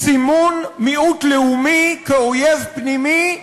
סימון מיעוט לאומי כאויב פנימי,